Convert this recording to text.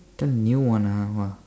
the new one ah !wah!